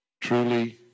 truly